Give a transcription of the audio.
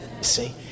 See